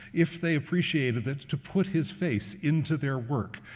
if they appreciated it, to put his face into their work.